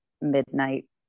midnight